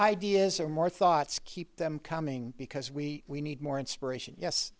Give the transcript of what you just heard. ideas or more thoughts keep them coming because we we need more inspiration yes